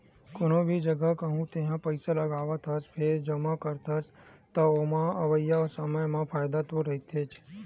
कोनो भी जघा कहूँ तेहा पइसा लगावत हस या फेर जमा करत हस, त ओमा अवइया समे म फायदा तो रहिथेच्चे